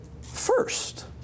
first